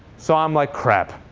so i'm like crap.